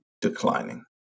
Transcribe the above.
declining